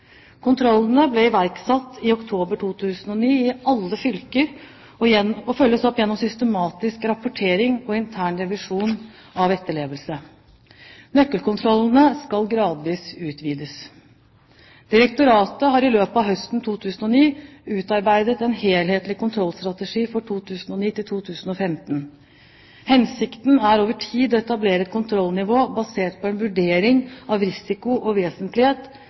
Kontrollene ble iverksatt i oktober 2009 i alle fylker og følges opp gjennom systematisk rapportering og intern revisjon av etterlevelse. Nøkkelkontrollene skal gradvis utvides. Direktoratet har i løpet av høsten 2009 utarbeidet en helhetlig kontrollstrategi for 2009–2015. Hensikten er over tid å etablere et kontrollnivå basert på en vurdering av risiko og vesentlighet